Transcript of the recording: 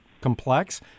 complex